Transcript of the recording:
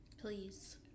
Please